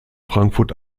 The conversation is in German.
frankfurt